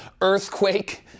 earthquake